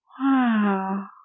wow